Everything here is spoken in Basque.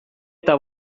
eta